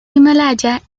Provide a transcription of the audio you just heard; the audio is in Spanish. himalaya